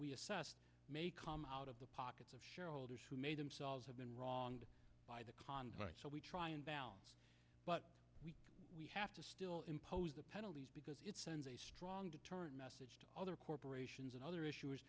we assess may come out of the pockets of shareholders who made themselves have been wronged by the contract so we try and balance what we we have to still impose the penalties because it sends a strong deterrent message to other corporations and other issues